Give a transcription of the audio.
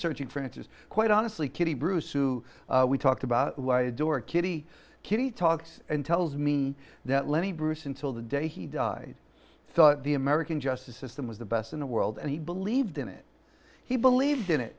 searching for answers quite honestly kitty bruce who we talked about why i adore kitty kitty talks and tells me that lenny bruce until the day he died thought the american justice system was the best in the world and he believed in it he believed in it